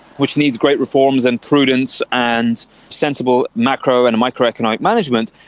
which needs great reforms and prudence and sensible macro and micro economic management,